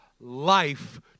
life